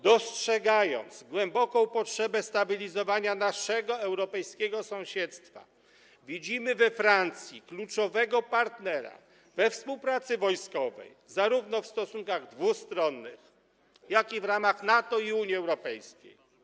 Dostrzegając głęboką potrzebę stabilizowania naszego europejskiego sąsiedztwa, widzimy we Francji kluczowego partnera we współpracy wojskowej, zarówno w stosunkach dwustronnych, jak i w ramach NATO i Unii Europejskiej.